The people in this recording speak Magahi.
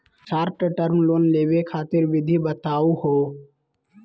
शार्ट टर्म लोन लेवे खातीर विधि बताहु हो?